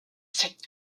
sept